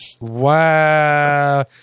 wow